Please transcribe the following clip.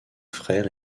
frère